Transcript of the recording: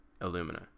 Illumina